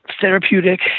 therapeutic